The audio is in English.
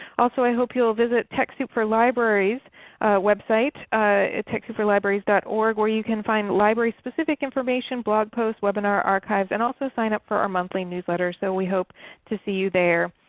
also i hope you'll visit techsoup for libraries' website at techsoupforlibraries dot org where you can find library specific information, blog posts, webinar archives, and also sign up for our monthly newsletter, so we hope to see you there.